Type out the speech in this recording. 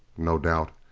no doubt.